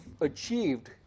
achieved